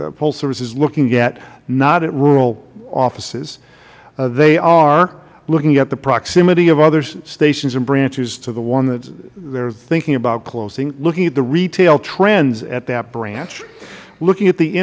postal service is looking at not at rural offices they are looking at the proximity of other stations and branches to the one that they are thinking about closing looking at the retail trends at that branch looking at the